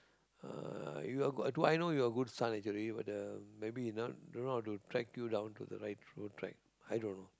uh you are I know you're a good son actually but uh maybe he not don't know how to track you down to the right foot track i don't know